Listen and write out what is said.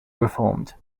reformed